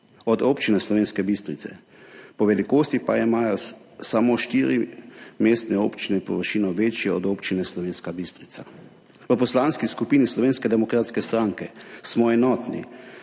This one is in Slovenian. od občine Slovenska Bistrica, po velikosti pa imajo samo štiri mestne občine površino večjo od občine Slovenska Bistrica. V Poslanski skupini Slovenske demokratske stranke smo enotni,